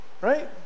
right